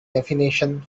definition